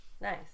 Nice